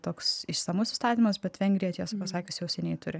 toks išsamus įstatymas bet vengrija tiesą pasakius jau seniai turi